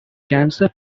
cancer